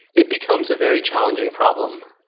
it becomes a very challenging problem.